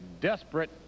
desperate